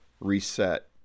reset